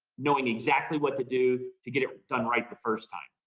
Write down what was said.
knowing exactly what to do to get it done right the first time.